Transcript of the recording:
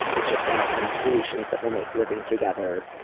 i just want to find solutions that will make living together,